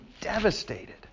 devastated